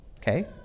okay